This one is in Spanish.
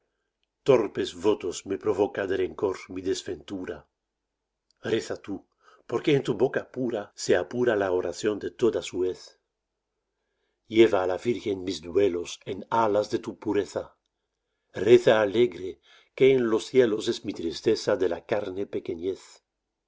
torpes votos me provoca de rencor mi desventurareza tú porque en tu boca pura se apura la oración de toda su hez lleva á la virgen mis duelos en alas de tu pureza reza alegre que en los cielos es mi tristeza de la carne pequeñez